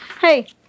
Hey